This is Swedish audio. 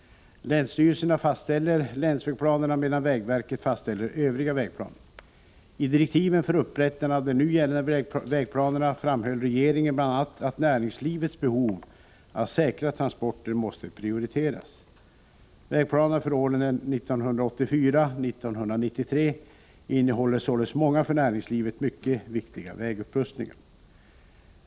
Länsstyrelserna fastställer länsvägplanerna, medan vägverket fastställer övriga vägplaner. I direktiven för upprättande av de nu gällande vägplanerna framhöll regeringen bl.a. att näringslivets behov av säkra transporter måste prioriteras. Vägplanerna för åren 1984-1993 innehåller således många för näringslivet mycket viktiga vägupprustningar.